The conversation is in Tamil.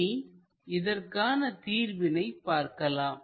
இனி இதற்கான தீர்வினை பார்க்கலாம்